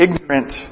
ignorant